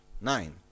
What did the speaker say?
Nine